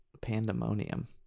pandemonium